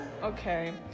Okay